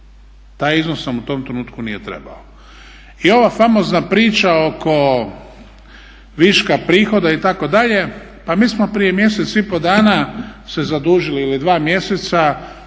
Taj iznos nam u tom trenutku nije trebao. I ova famozna priča oko viška prihoda itd. pa mi smo prije mjesec i pol dana se zadužili, ili dva mjeseca,